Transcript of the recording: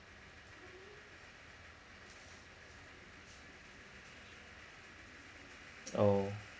oh